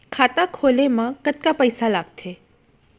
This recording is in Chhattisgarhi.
खाता खोले मा कतका पइसा लागथे?